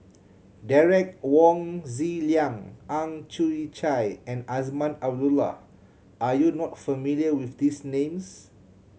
Derek Wong Zi Liang Ang Chwee Chai and Azman Abdullah are you not familiar with these names